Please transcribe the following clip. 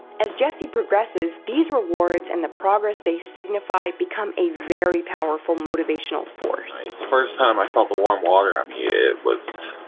as jesse progresses, these rewards, and the progress they signify, become a very powerful motivational motivational force. the first time i felt the warm water on me, it was,